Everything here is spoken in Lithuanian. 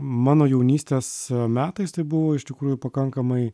mano jaunystės metais tai buvo iš tikrųjų pakankamai